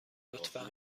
لطفا